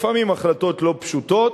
לפעמים החלטות לא פשוטות,